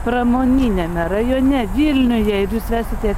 pramoniniame rajone vilniuje ir jūs vesite